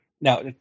Now